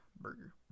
burger